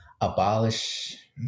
abolish